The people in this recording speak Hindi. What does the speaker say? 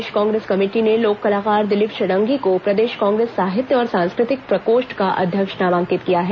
प्रदेश कांग्रेस कमेटी ने लोक कलाकार दिलीप षडंगी को प्रदेश कांग्रेस साहित्यिक और सांस्कृतिक प्रकोष्ठ का अध्यक्ष नामांकित किया है